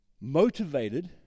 motivated